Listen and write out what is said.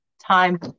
time